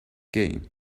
gain